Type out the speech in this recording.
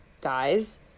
guys